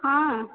हँ